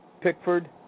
Pickford